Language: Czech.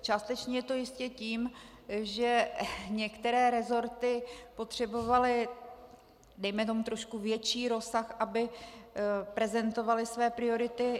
Částečně je to ještě tím, že některé resorty potřebovaly dejme tomu trošku větší rozsah, aby prezentovaly své priority.